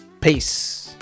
Peace